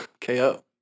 KO